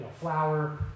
flour